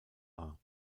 war